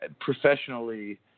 professionally